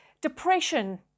depression